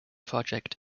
project